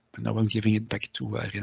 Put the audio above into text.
but now am giving it back to i mean